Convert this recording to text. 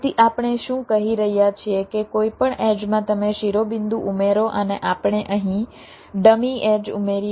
તેથી આપણે શું કહી રહ્યા છીએ કે કોઈપણ એડ્જમાં તમે શિરોબિંદુ ઉમેરો અને આપણે અહીં ડમી એડ્જ ઉમેરીએ છીએ